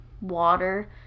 water